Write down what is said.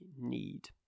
need